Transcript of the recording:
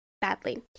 badly